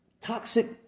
toxic